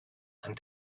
and